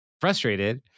frustrated